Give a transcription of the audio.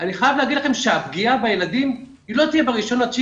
אני חייב להגיד להם שהפגיעה בילדים לא תהיה ב-1.9,